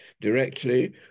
directly